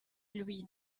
lui